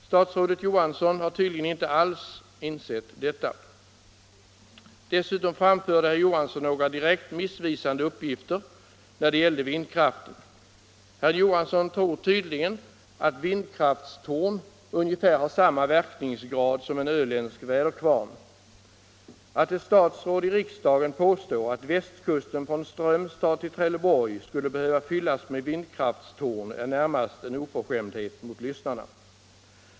Statsrådet Johansson har tydligen inte alls insett detta! Dessutom framförde herr Johansson några direkt missvisande uppgifter när det gällde vindkraft. Herr Johansson tror tydligen att ett vindkraftstorn har ungefär samma verkningsgrad som en öländsk väderkvarn. Att ett statsråd i riksdagen påstår att västkusten från Strömstad till Trelleborg skulle behöva fyllas med vindkraftstorn är närmast en oförskämdhet mot lyssnarna.